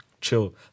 chill